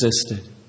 existed